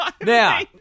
Now